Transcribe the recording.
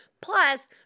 Plus